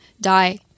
die